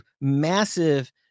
massive